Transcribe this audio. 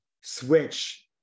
switch